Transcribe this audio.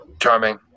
Charming